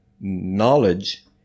knowledge